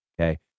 Okay